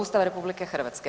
Ustava RH.